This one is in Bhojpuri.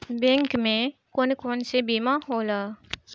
बैंक में कौन कौन से बीमा होला?